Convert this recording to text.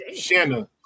Shanna